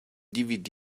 dvd